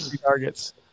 targets